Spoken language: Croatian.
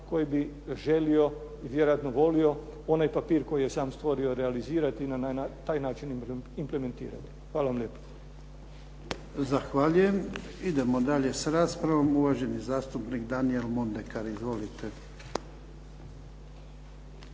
koji bi želio i vjerojatno volio onaj papir koji je sam stvorio realizirati na taj način implementirati. Hvala vam lijepo. **Jarnjak, Ivan (HDZ)** Zahvaljujem. Idemo dalje s raspravom. Uvaženi zastupnik Daniel Mondekar. Izvolite.